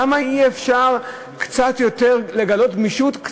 למה אי-אפשר לגלות קצת יותר גמישות?